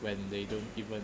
when they don't even